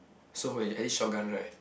so when you at least shotgun right